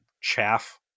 chaff